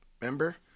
Remember